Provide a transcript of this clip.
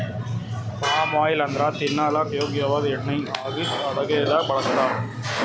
palm oil ಅಂದ್ರ ತಿನಲಕ್ಕ್ ಯೋಗ್ಯ ವಾದ್ ಎಣ್ಣಿ ಆಗಿದ್ದ್ ಅಡಗಿದಾಗ್ ಬಳಸ್ತಾರ್